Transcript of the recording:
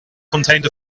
contained